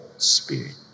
spirit